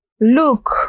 Look